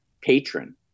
patron